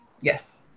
Yes